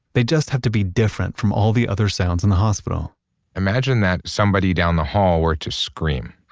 they just have to be different from all the other sounds in the hospital imagine that somebody down the hall were to scream